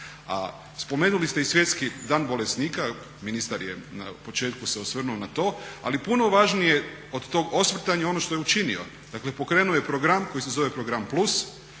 Spomenuli ste i Svjetski dan bolesnika, ministar je na početku se osvrnuo na to, ali puno važnije od tog osvrtanja je ono što je učinio, dakle pokrenuo je program koji se zove Program plus